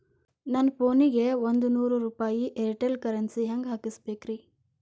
ನನ್ನ ಫೋನಿಗೆ ಒಂದ್ ನೂರು ರೂಪಾಯಿ ಏರ್ಟೆಲ್ ಕರೆನ್ಸಿ ಹೆಂಗ್ ಹಾಕಿಸ್ಬೇಕ್ರಿ?